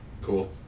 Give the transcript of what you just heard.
Cool